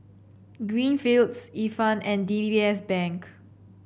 Greenfields Ifan and D B B S Bank